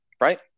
right